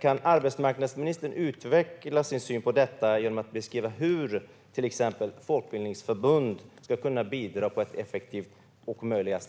Kan arbetsmarknadsministern utveckla sin syn på detta genom att beskriva hur till exempel folkbildningsförbund ska kunna bidra på ett så effektivt sätt som möjligt?